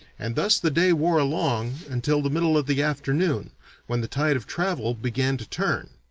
and thus the day wore along until the middle of the afternoon when the tide of travel began to turn.